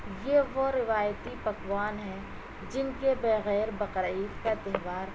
یہ وہ روایتی پکوان ہیں جن کے بغیر بقرعید کا تہوار